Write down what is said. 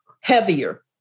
heavier